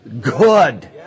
good